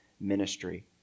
ministry